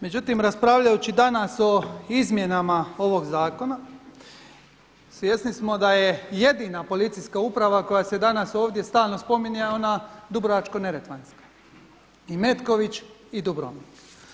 Međutim, raspravljajući danas o izmjenama ovog zakona svjesni smo da je jedina policijska uprava koja se danas ovdje stalno spominje ona Dubrovačko-neretvanska i Metković i Dubrovnik.